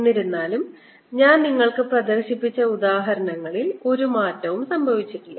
എന്നിരുന്നാലും ഞാൻ നിങ്ങൾക്ക് പ്രദർശിപ്പിച്ച ഉദാഹരണങ്ങളിൽ ഒരു മാറ്റവും സംഭവിച്ചിട്ടില്ല